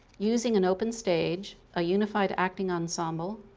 using an open stage, a unified acting ensemble,